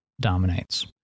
dominates